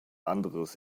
anderes